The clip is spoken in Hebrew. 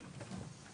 האם אנחנו דת או